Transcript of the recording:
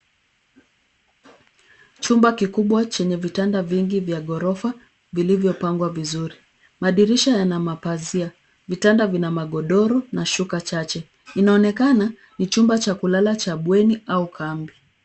Chumba kikubwa chenye vitanda vingi vya ghorofa vilivyopangwa vizuri. Madirisha yana mapazia. Vitanda vina magodoro na shuka chache. Inaonekana ni chumba cha kulala cha bweni au kambi.